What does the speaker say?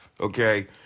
okay